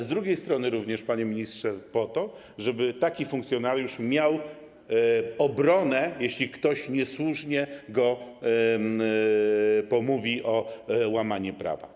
Z drugiej strony również, panie ministrze, po to, żeby taki funkcjonariusz miał obronę, jeśli ktoś niesłusznie go pomówi o łamanie prawa.